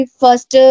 first